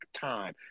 time